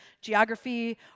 geography